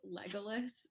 Legolas